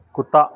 کتّا